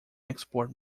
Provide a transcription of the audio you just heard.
export